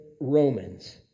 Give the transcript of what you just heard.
Romans